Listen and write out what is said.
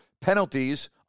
penalties